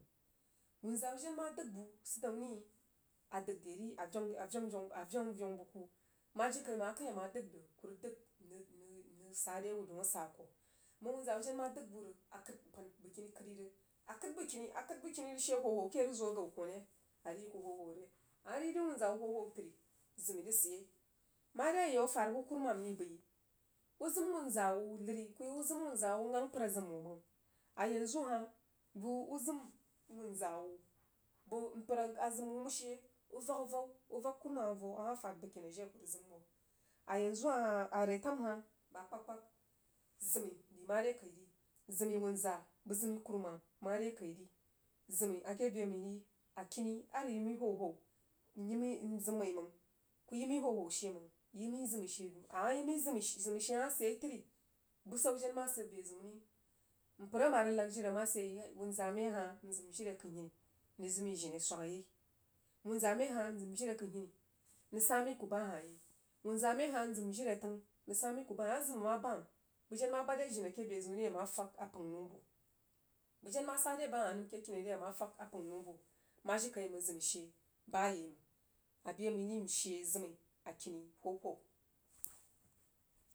Wunzaa wu jen ma dəg bu sid dam nəi a dəg ra ri avenveu avenyeu bəg ku ma jirikai məng ma akəin ama dəg bu ku rəg dəg n rəgnrəg sa re wu daun asa ko məng wanzawu ma jan dəg bu rəg akəd pan bəgkini kəd rəg akəd bəskini a kəd bəgllin rəg she hwo ke rəg zo gan koh re a rəg yi ku hwo hwo re? Ama rəg yi dəi wunza wu hwohwo təri ziwi rəg sidyei mare ayau afarbu kwu mam yi bəi u zim wunza wu nəri kuyi uzum wunza wu u gang mpər a zim wu məng a yanzu hah bəiu zim wunza twu nvak avau uvak kuruman avau a wah fad bəgkini jiri aku rəg zəm wuh. A yanzu hah hah a retam hah apa kpagkpag zimji dri mare kai ri zim wunza, bəg zim kwumam mare kai mi zimi’ ake be mjiri akini a rəg yi məi hwohwo mzim məi məng ku yi məi hwo hwo she məng yi məi zim'i she ri ama yi məizim she izim she ma sidyei təri bəsan ma jen sid be zəun ri mpər ama nag jiri ma sid ye tər wunza məi hah n zimjiri kəinhini nəng zəg məi jini swagyei wuza məi ahah nəng sa məi ka bah hah yei wunza məi a hah n zimjiri təng nəng sa məi kuhah yei a ma zim ha ma bam bəg əen ma bad re jini ake bezəun ri ama fag a pən nəu bo bəg den ma sa re ba hah akiniri ama tag apən nəubo ma jiri kəi məng zimi’ she bayei məng abe məi ri n she zim'i akini hwohwo.